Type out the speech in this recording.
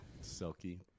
Silky